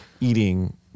eating